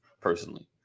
personally